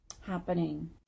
happening